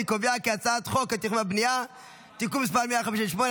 אני קובע כי הצעת חוק התכנון והבנייה (תיקון מס' 158),